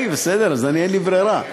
בסדר, אז אין לי ברירה.